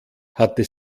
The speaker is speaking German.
hatte